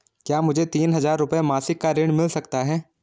क्या मुझे तीन हज़ार रूपये मासिक का ऋण मिल सकता है?